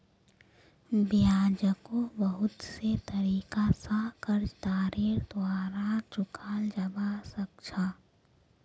ब्याजको बहुत से तरीका स कर्जदारेर द्वारा चुकाल जबा सक छ